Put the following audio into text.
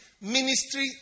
ministry